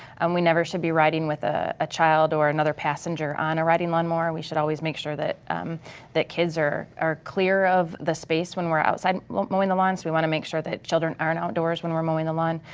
and we never should be riding with ah a child or another passenger on a riding lawnmower, we should always make sure that um that kids are clear of the space when we're outside mowing the lawn, so we wanna make sure that children aren't outdoors when we're mowing the lawn,